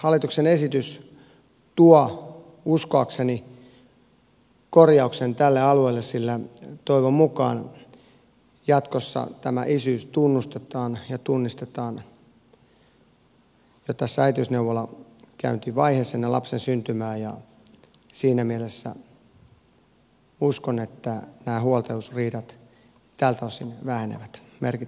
hallituksen esitys tuo uskoakseni korjauksen tälle alueelle sillä toivon mukaan jatkossa tämä isyys tunnustetaan ja tunnistetaan jo äitiysneuvolakäyntivaiheessa ennen lapsen syntymää ja siinä mielessä uskon että nämä huoltajuusriidat tältä osin vähenevät merkittävällä tavalla